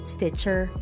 Stitcher